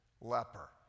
leper